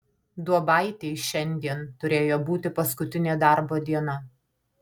duobaitei šiandien turėjo būti paskutinė darbo diena